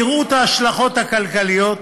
יראו את ההשלכות הכלכליות,